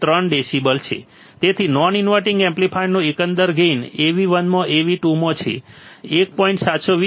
3 decibel તેથી non inverting એમ્પ્લીફાયરનો એકંદર ગેઇન Av1 માં Av2 છે 1